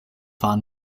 war